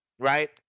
Right